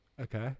Okay